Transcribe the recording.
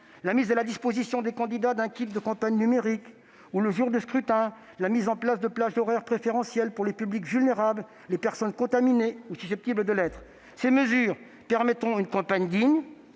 la mise à la disposition des candidats d'un kit de campagne numérique ; ou, le jour du scrutin, à la mise en place de plages horaires préférentielles pour les publics vulnérables, les personnes contaminées ou susceptibles de l'être. Ces mesures permettront une campagne digne,